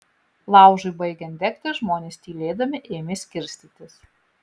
laužui baigiant degti žmonės tylėdami ėmė skirstytis